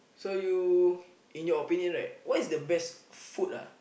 so you in your opinion what is the best food lah